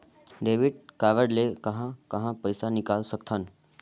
Debit card ले कहां कहां पइसा निकाल सकथन?